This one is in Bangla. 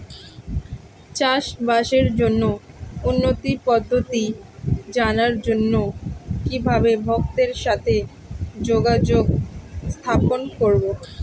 চাষবাসের জন্য উন্নতি পদ্ধতি জানার জন্য কিভাবে ভক্তের সাথে যোগাযোগ স্থাপন করব?